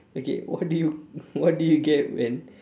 okay what do you what do you get when